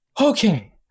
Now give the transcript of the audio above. Okay